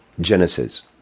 Genesis